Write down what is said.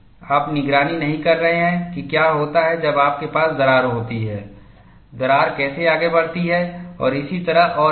आप निगरानी नहीं कर रहे हैं कि क्या होता है जब आपके पास दरार होती है दरार कैसे आगे बढ़ती है और इसी तरह और आगे